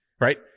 right